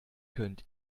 könnt